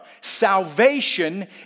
Salvation